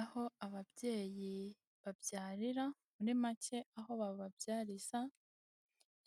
Aho ababyeyi babyarira muri make aho bababyariza,